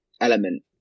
element